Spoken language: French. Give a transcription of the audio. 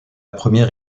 première